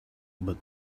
but